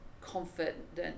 confident